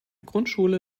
grundschule